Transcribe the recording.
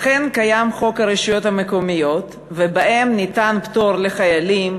אכן קיים חוק הרשויות המקומיות ובו ניתן פטור מארנונה לחיילים,